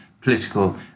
political